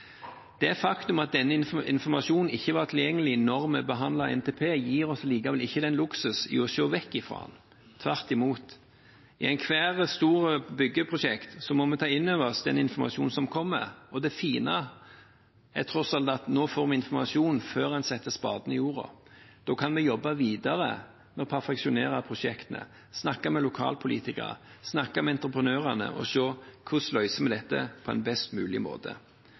Det faktum at denne informasjonen ikke var tilgjengelig da en behandlet NTP, gir oss likevel ikke den luksus at vi kan se bort fra den. Tvert imot. I ethvert stort byggeprosjekt må vi ta inn over oss den informasjon som kommer. Det fine er tross alt at nå får vi informasjonen før en setter spaden i jorda. Da kan vi jobbe videre med å perfeksjonere prosjektet, snakke med lokalpolitikere, snakke med entreprenørene og se hvordan vi løser dette på en best mulig måte.